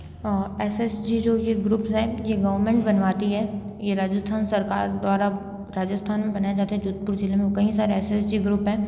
SSG जो ये groups हैं ये गवर्मेंट बनवाती है ये राजस्थान सरकार द्वारा राजस्थान में बनाए जाते हैं जोधपुर ज़िले में कई सारे एसएसजी ग्रूप हैं